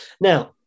Now